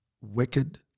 wicked